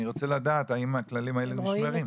אני רוצה לדעת האם הכללים האלה נשמרים.